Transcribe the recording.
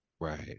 right